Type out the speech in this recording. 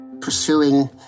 pursuing